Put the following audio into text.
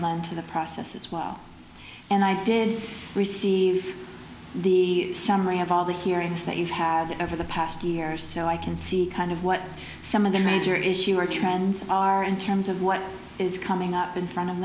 lend to the process as well and i did receive the summary of all the hearings that you've had over the past year so i can see kind of what some of the major issue or trends are in terms of what is coming up in front of